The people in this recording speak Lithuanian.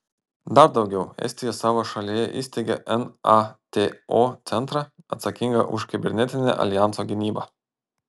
dar daugiau estija savo šalyje įsteigė nato centrą atsakingą už kibernetinę aljanso gynybą